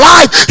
Life